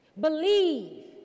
Believe